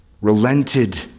relented